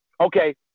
Okay